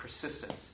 persistence